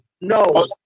no